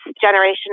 generation